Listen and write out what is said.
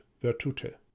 virtute